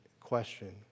question